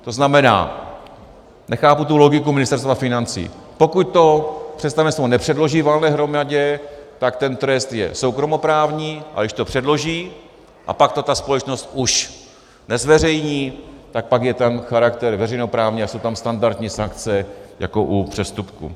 To znamená nechápu tu logiku Ministerstva financí pokud to představenstvo nepředloží valné hromadě, tak ten trest je soukromoprávní, když to předloží a pak to ta společnost už nezveřejní, tak pak je tam charakter veřejnoprávní a jsou tam standardní sankce jako u přestupku.